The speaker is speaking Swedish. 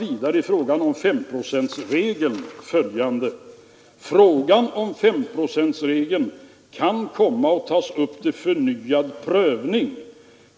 I fråga om de 5 procenten står följande: ”Frågan om femprocentsregeln kan senare behöva upptas till förnyad prövning.